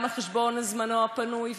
גם על חשבון זמנו הפנוי,